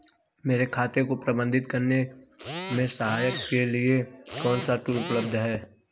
मेरे खाते को प्रबंधित करने में सहायता के लिए कौन से टूल उपलब्ध हैं?